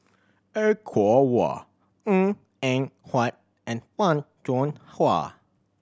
Er Kwong Wah Ng Eng Huat and Fan Hua